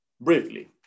Briefly